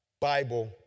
Bible